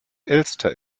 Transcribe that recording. elster